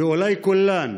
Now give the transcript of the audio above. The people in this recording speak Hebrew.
ואולי כולן,